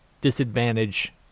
disadvantage